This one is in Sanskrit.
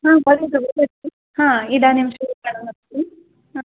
हा वदतु वदतु हा इदानीं श्रूयते वदतु हा